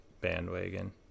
bandwagon